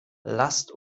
lasst